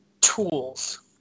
tools